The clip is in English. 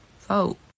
vote